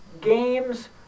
games